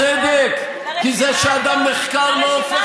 בצדק, כי זה שאדם נחקר, הרשימה